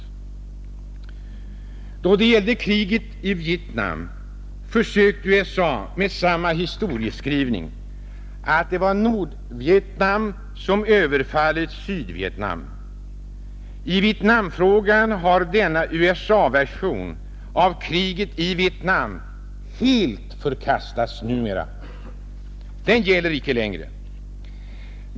Då det gällde kriget i Vietnam försökte USA med samma historieskrivning, att det var Nordvietnam som överfallit Sydvietnam. I Vietnamfrågan har denna USA:s version av kriget i Vietnam numera helt förkastats.